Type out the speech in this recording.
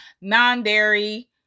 non-dairy